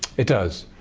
it does.